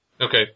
Okay